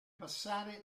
passare